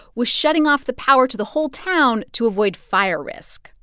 was shutting off the power to the whole town to avoid fire risk.